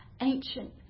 ancient